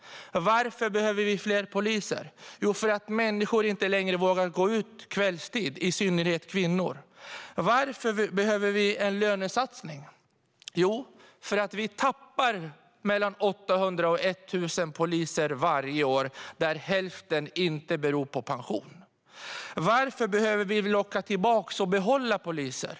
Varför behöver vi fler poliser? Jo, det behöver vi för att människor inte längre vågar gå ut kvällstid - det gäller i synnerhet kvinnor. Varför behöver vi en lönesatsning? Jo, det behöver vi för att vi tappar mellan 800 och 1 000 poliser varje år - i hälften av fallen beror det inte på pensioneringar. Varför behöver vi locka tillbaka och behålla poliser?